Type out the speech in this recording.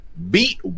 Beat